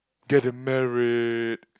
get married